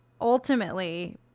ultimately –